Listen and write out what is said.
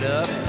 up